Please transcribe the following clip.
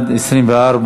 9), התשע"ד 2014, נתקבל.